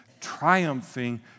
triumphing